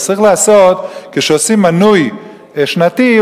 אז כשעושים מנוי שנתי,